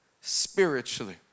spiritually